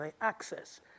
access